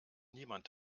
niemand